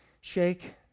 shake